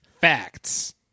Facts